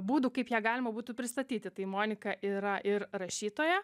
būdų kaip ją galima būtų pristatyti tai monika yra ir rašytoja